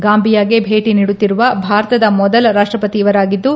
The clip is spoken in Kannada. ಗಾಂಬಿಯಾಗೆ ಭೇಟಿ ನೀಡುತ್ತಿರುವ ಭಾರತದ ಮೊದಲ ರಾಷ್ಟಪತಿ ಇವರಾಗಿದ್ದು